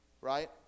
right